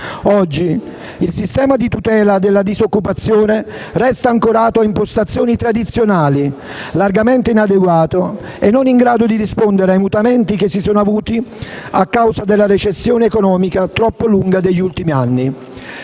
Oggi il sistema di tutela della disoccupazione resta ancorato a impostazioni tradizionali, largamente inadeguato e non in grado di rispondere ai mutamenti che si sono avuti a causa della recessione economica troppo lunga degli ultimi anni.